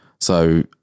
So-